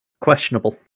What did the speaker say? questionable